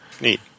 Neat